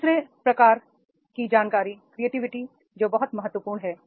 तीसरे प्रकार की जानकारी क्रिएटिविटी जो बहुत महत्वपूर्ण है